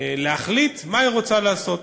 להחליט מה היא רוצה לעשות,